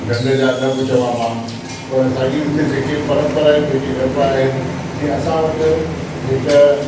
ढंग जा न बि चवां मां पर साॻियूं जेके परंपराइक जेके गरबा आहिनि जीअं असां वटि हिकु